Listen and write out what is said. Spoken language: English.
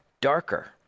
darker